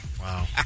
Wow